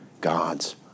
God's